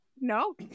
no